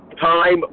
time